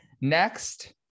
Next